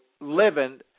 living